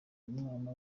umwana